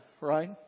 right